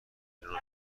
ایران